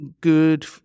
good